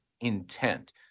intent